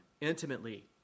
intimately